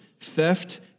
theft